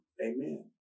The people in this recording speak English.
Amen